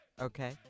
okay